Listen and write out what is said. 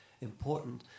important